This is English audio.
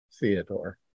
Theodore